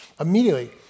Immediately